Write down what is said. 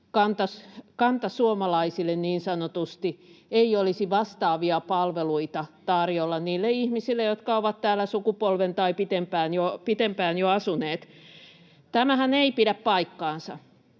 kantasuomalaisille ei olisi vastaavia palveluita tarjolla [Mari Rantanen: Ei ole!] niille ihmisille, jotka ovat täällä sukupolven tai pitempään jo asuneet. Tämähän ei pidä paikkaansa.